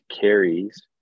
carries